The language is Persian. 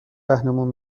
رهنمون